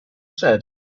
said